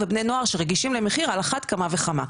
ובני נוער שרגישים על אחת כמה וכמה,